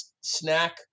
snack